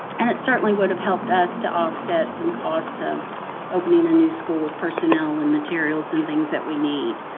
and it certainly would have helped us to offset some cost of opening a new school with personnel and materials and things that we need.